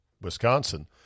Wisconsin